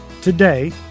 Today